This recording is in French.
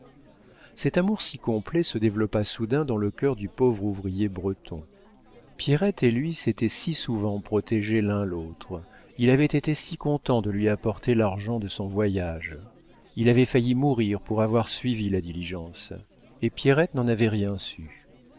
cet amour si complet se développa soudain dans le cœur du pauvre ouvrier breton pierrette et lui s'étaient si souvent protégés l'un l'autre il avait été si content de lui apporter l'argent de son voyage il avait failli mourir pour avoir suivi la diligence et pierrette n'en avait rien su